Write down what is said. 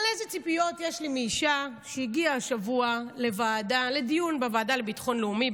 אבל איזה ציפיות יש לי מאישה שהגיעה השבוע לדיון בוועדה לביטחון לאומי,